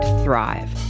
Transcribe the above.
Thrive